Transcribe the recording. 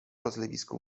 rozlewisku